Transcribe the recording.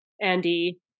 Andy